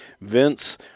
Vince